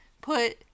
put